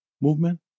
movement